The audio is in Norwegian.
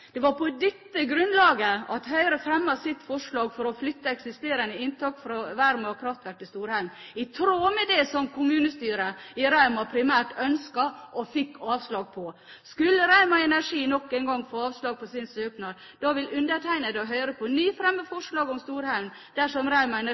det er miljømessig forsvarlig. Det var på dette grunnlaget Høyre fremmet sitt forslag om å flytte eksisterende inntak for Verma kraftverk til Storhaugen, i tråd med det som kommunestyret i Rauma primært ønsket, og fikk avslag på. Skulle Rauma Energi nok en gang få avslag på sin søknad, vil jeg og Høyre på ny fremme